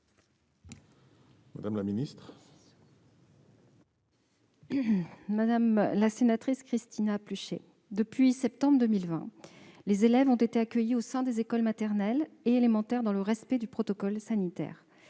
Mme la ministre déléguée. Madame la sénatrice Kristina Pluchet, depuis septembre 2020, les élèves ont été accueillis au sein des écoles maternelles et élémentaires dans le respect du protocole sanitaire